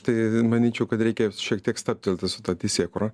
tai manyčiau kad reikia šiek tiek stabtelti su ta teisėkūra